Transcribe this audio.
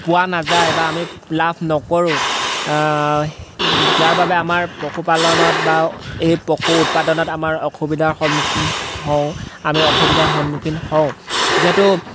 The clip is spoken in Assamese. পোৱা নাযায় বা আমি লাভ নকৰোঁ যাৰ বাবে আমাৰ পশুপালনত বা এই পশু উৎপাদনত আমাৰ অসুবিধাৰ সন্মুখীন হওঁ আমি অসুবিধাৰ সন্মুখীন হওঁ যিহেতু